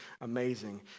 amazing